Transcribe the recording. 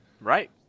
Right